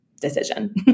decision